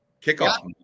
kickoff